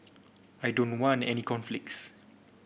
I don't want any conflicts